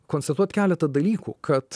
konstatuot keleta dalykų kad